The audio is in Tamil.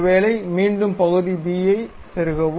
ஒருவேளை மீண்டும் பகுதி b ஐ செருகவும்